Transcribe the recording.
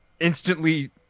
instantly